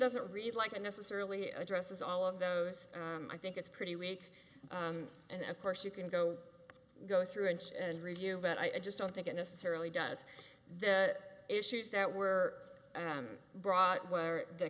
doesn't really like it necessarily addresses all of those i think it's pretty weak and of course you can go go through and and review but i just don't think it necessarily does the issues that were brought were the